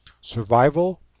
Survival